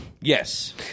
Yes